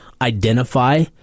identify